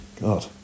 god